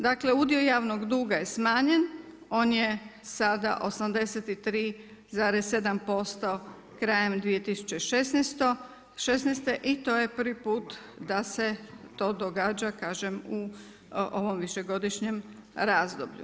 Dakle udio javnog duga je smanjen on je sada 83,7% krajem 2016. i to je prvi put da se to događa u ovom višegodišnjem razdoblju.